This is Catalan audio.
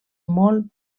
molt